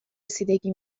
رسیدگی